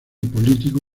político